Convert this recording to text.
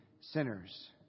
sinners